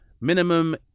minimum